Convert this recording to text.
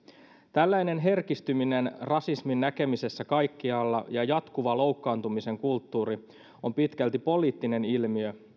tällainen herkistyminen rasismin näkemisessä kaikkialla ja jatkuva loukkaantumisen kulttuuri on pitkälti poliittinen ilmiö